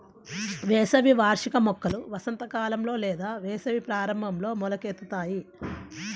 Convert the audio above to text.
వేసవి వార్షిక మొక్కలు వసంతకాలంలో లేదా వేసవి ప్రారంభంలో మొలకెత్తుతాయి